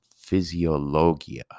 Physiologia